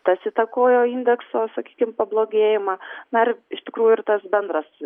tas įtakojo indekso sakykim pablogėjimą na ir iš tikrųjų ir tas bendras